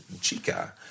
chica